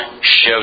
shows